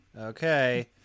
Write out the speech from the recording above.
Okay